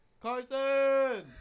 Carson